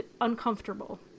uncomfortable